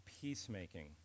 peacemaking